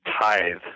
Tithe